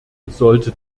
sollte